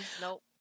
Nope